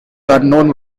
unknown